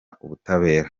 ubutabera